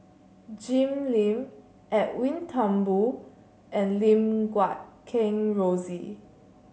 Jim Lim Edwin Thumboo and Lim Guat Kheng Rosie